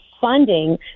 funding